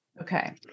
Okay